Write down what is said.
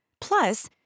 Plus